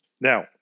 Now